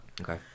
okay